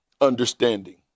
understanding